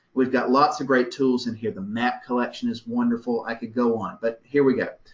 we've got lots of great tools in here the map collection is wonderful. i could go on, but here we go.